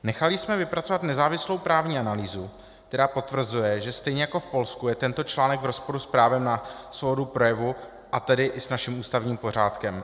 Nechali jsme vypracovat nezávislou právní analýzu, která potvrzuje, že stejně jako v Polsku je tento článek v rozporu s právem na svobodu projevu, a tedy i s naším ústavním pořádkem.